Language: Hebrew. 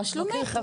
מה שלומך,